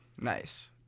Nice